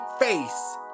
face